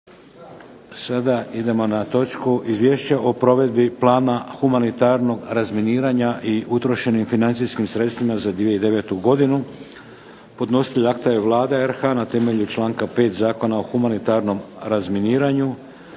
Sada idemo na točku - Izvješće o provedbi plana humanitarnog razminiravanja i utrošenim financijskim sredstvima za 2009. godinu Podnositelj akta je Vlada Republike Hrvatske na temelju članka 5. Zakona o humanitarnom razminiranju.